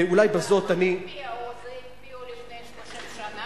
ואולי בזאת אני, או שאת זה הקפיאו לפני 30 שנה?